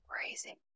crazy